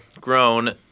grown